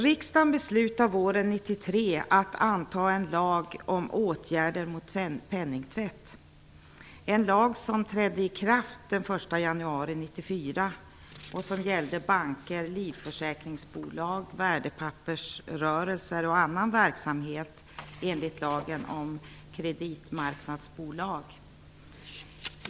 Riksdagen beslutade våren 1993 att anta en lag om åtgärder mot penningtvätt, en lag som trädde i kraft den 1 januari 1994 och som gäller banker, livförsäkringsbolag, värdepappersrörelser och annan verksamhet enligt lagen om kreditmarknadsbolag.